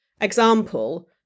example